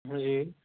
جی